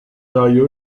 tire